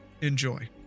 enjoy